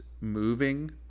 moving